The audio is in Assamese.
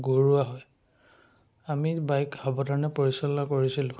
ঘূৰুৱা হয় আমি বাইক সাৱধানে পৰিচালনা কৰিছিলোঁ